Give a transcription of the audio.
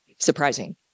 surprising